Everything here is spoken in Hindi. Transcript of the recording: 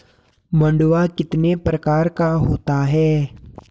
मंडुआ कितने प्रकार का होता है?